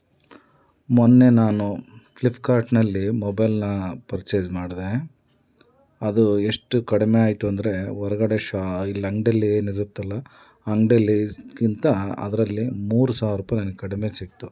ಮೊನ್ನೆ ನಾನು ಫ್ಲಿಪ್ಕಾರ್ಟಿನಲ್ಲಿ ಮೊಬೈಲನ್ನ ಪರ್ಚೇಸ್ ಮಾಡಿದೆ ಅದು ಎಷ್ಟು ಕಡಿಮೆ ಆಯಿತು ಅಂದರೆ ಹೊರ್ಗಡೆ ಶೋ ಇಲ್ಲಿ ಅಂಗ್ಡಿಯಲ್ಲಿ ಏನಿರುತ್ತೋ ಅಲ್ಲಾ ಅಂಗ್ಡಿಯಲ್ಲಿಗಿಂತ ಅದರಲ್ಲಿ ಮೂರು ಸಾವಿರ ರೂಪಾಯಿ ನನ್ಗೆ ಕಡಿಮೆ ಸಿಕ್ತು